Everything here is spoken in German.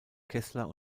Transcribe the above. kessler